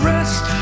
rest